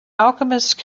alchemist